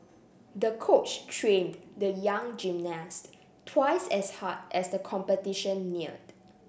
the coach trained the young gymnast twice as hard as the competition neared